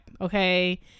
Okay